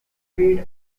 speed